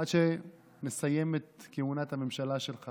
עד שנסיים את כהונת הממשלה שלך,